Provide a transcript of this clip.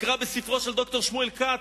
יקרא בספרו של ד"ר שמואל כץ,